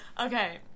okay